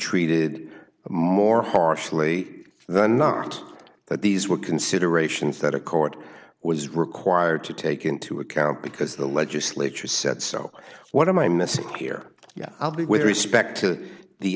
treated more harshly than not but these were considerations that a court was required to take into account because the legislature said so what am i missing here yeah i'll be with respect to the